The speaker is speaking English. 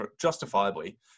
justifiably